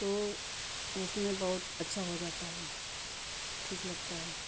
तो उसमें बहुत अच्छा हो जाता है ठीक लगता है